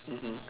mmhmm